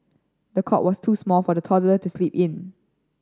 the cot was too small for the toddler to sleep in